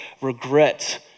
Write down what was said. regret